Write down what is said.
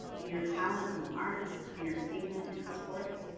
and your talent in art, entertainment, and sports,